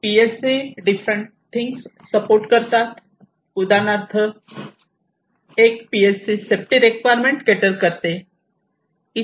PLC different things support करतात उदाहरणार्थ 1 PLC safety requirement cater करते